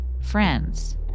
friends